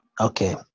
okay